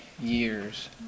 years